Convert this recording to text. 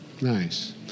Nice